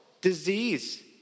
disease